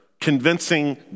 convincing